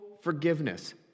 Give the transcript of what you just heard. forgiveness